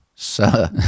Sir